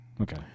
Okay